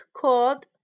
called